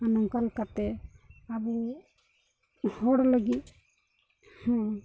ᱟᱨ ᱱᱚᱝᱠᱟ ᱞᱮᱠᱟᱛᱮ ᱟᱵᱚ ᱦᱚᱲ ᱞᱟᱹᱜᱤᱫ ᱦᱚᱸ